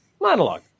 monologue